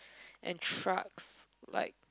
and trucks like